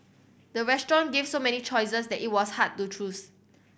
the restaurant gave so many choices that it was hard to choose